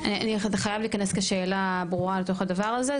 אתה חייב להיכנס כשאלה ברורה לתוך הדבר הזה,